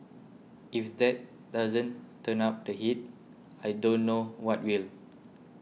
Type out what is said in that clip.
if that doesn't turn up the heat I don't know what really